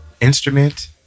instrument